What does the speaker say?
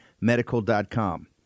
Medical.com